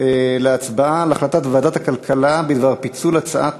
להצבעה על החלטת ועדת הכלכלה בדבר פיצול הצעת